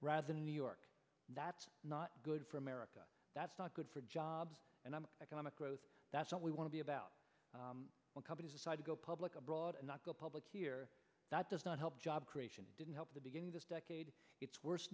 rather than new york that's not good for america that's not good for jobs and i'm economic growth that's what we want to be about when companies decide to go public abroad and not go public here that does not help job creation didn't help the beginning this decade it's worse